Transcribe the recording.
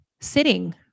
sitting